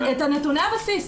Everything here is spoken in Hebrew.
את נתוני הבסיס.